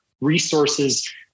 resources